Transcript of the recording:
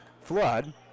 Flood